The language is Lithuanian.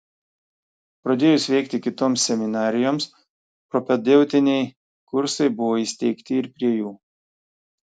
pradėjus veikti kitoms seminarijoms propedeutiniai kursai buvo įsteigti ir prie jų